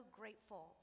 grateful